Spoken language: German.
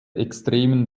extremen